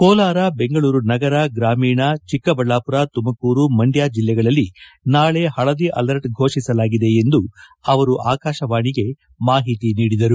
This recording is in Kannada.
ಕೋಲಾರ ಬೆಂಗಳೂರು ನಗರ ಗ್ರಾಮೀಣ ಚಿಕ್ಕಬಳ್ಳಾಪುರ ತುಮಕೂರು ಮಂಡ್ಕ ಜಿಲ್ಲೆಗಳಲ್ಲಿ ನಾಳೆ ಹಳದಿ ಅಲರ್ಟ್ ಘೋಷಿಸಲಾಗಿದೆ ಎಂದು ಅವರು ಆಕಾಶವಾಣಿಗೆ ಮಾಹಿತಿ ನೀಡಿದ್ದಾರೆ